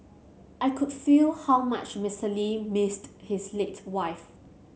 I could feel how much Mister Lee missed his late wife